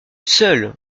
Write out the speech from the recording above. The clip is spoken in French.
seule